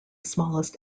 smallest